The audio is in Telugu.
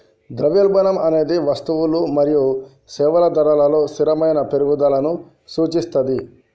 ద్రవ్యోల్బణం అనేది వస్తువులు మరియు సేవల ధరలలో స్థిరమైన పెరుగుదలను సూచిస్తది